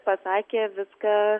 pasakė viską